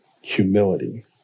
humility